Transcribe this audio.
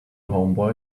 homeboy